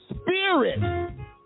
spirit